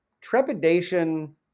Trepidation